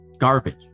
Garbage